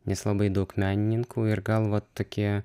nes labai daug menininkų ir gal vat tokie